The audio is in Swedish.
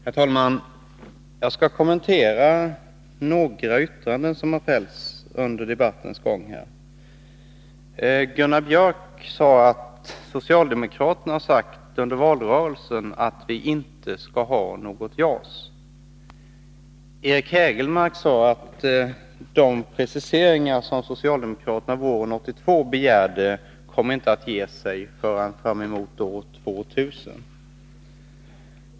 Herr talman! Jag skall kommentera några yttranden som har fällts under debattens gång. Gunnar Björk i Gävle sade att socialdemokraterna har sagt under valrörelsen att vi inte skall ha något JAS. Eric Hägelmark sade att de preciseringar som socialdemokraterna begärde våren 1982 inte kommer att ge sig förrän fram emot år 2000.